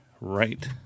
right